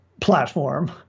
platform